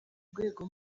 rwego